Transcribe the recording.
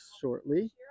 shortly